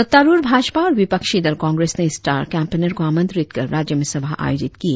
सत्तारुढ़ भाजपा और विपक्षी दल कांग्रेस ने स्टार कैंपेनर को आमंत्रित कर राज्य में सभा आयोजित किए